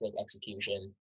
execution